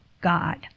God